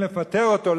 רוצים לפטר אותו,